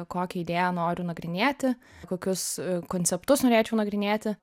kokią idėją noriu nagrinėti kokius konceptus norėčiau nagrinėti